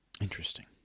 Interesting